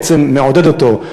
בעצם מעודד אותו.